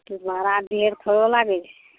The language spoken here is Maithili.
भाड़ा ढेर थोड़ो लागै छै